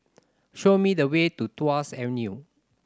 show me the way to Tuas Avenue